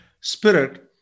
spirit